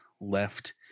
left